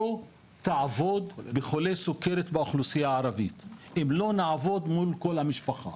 תעבוד בחולה סוכרת באוכלוסייה הערבית אם לא נעבוד מול כל המשפחה,